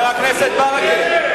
חבר הכנסת ברכה,